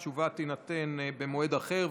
התשובה תינתן במועד אחר,